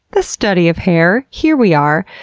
the study of hair. here we are,